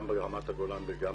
גם ברמת הגולן וגם